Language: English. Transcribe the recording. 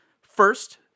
First